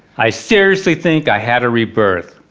i seriously think i had a rebirth,